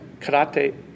karate